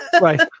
Right